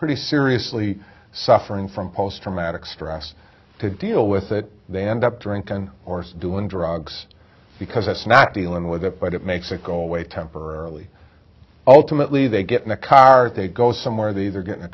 pretty seriously suffering from post traumatic stress to deal with it they end up drinking or doing drugs because it's not dealing with it but it makes it go away temporarily ultimately they get in a car they go somewhere the